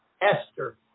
Esther